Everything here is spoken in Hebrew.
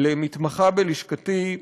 למתחה בלשכתי,